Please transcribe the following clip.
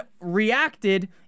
reacted